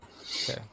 Okay